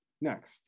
Next